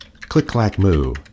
Click-clack-moo